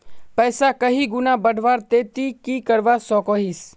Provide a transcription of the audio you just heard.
पैसा कहीं गुणा बढ़वार ती की करवा सकोहिस?